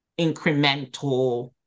incremental